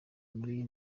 muri